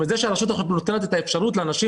זה שהרשות נותנת את האפשרות לאנשים